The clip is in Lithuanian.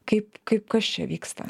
kaip kas čia vyksta